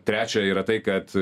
trečia yra tai kad